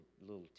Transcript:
little